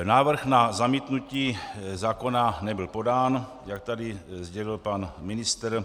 Návrh na zamítnutí zákona nebyl podán, jak tady sdělil pan ministr.